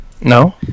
No